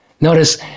Notice